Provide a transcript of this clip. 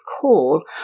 call